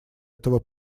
этого